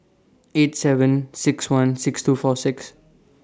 eight seven six one six two four six